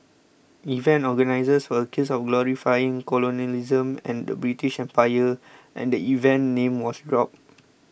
event organisers were accused of glorifying colonialism and the British Empire and the event's name was dropped